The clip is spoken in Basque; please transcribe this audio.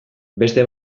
beste